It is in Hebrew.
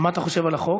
מה אתה חושב על החוק?